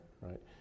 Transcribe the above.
right